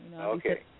Okay